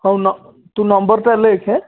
ହଉ ତୁ ନମ୍ବର୍ଟା ଲେଖ